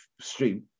stream